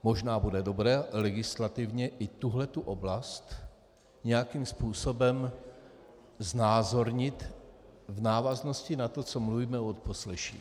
Možná bude dobré legislativně i tuhle tu oblast nějakým způsobem znázornit v návaznosti na to, co mluvíme o odposleších.